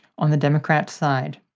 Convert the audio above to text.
on the democrat side,